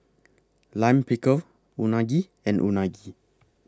Lime Pickle Unagi and Unagi